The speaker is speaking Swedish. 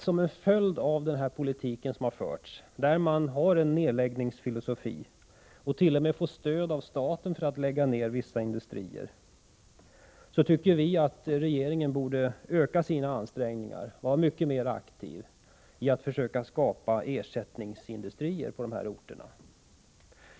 Som en följd av den förda politiken — som innebär att man har haft en nedläggningsfilosofi och t.o.m. fått stöd av staten för att lägga ned vissa industrier — tycker vi att regeringen borde öka sina ansträngningar och vara mycket mer aktiv när det gäller att försöka skapa ersättningsindustrier på dessa orter.